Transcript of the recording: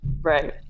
Right